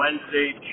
Wednesday